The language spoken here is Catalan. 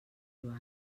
joan